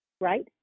right